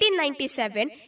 1897